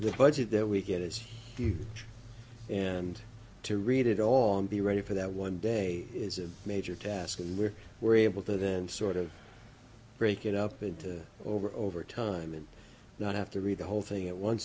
the budget that we get as he did and to read it all and be ready for that one day is a major task and we were able to then sort of break it up into over over time and not have to read the whole thing at on